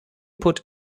put